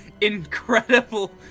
incredible